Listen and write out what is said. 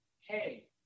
hey